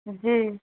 جی